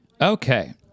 Okay